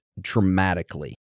dramatically